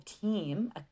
team